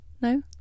no